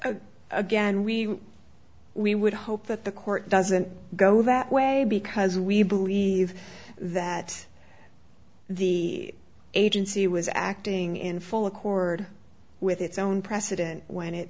think again we we would hope that the court doesn't go that way because we believe that the agency was acting in full accord with its own precedent when it